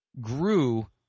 grew